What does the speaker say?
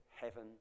heaven